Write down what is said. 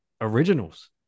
originals